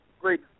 great